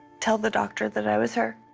tell the doctor that i was her.